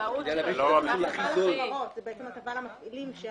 --- זה בעצם הטבה למפעילים,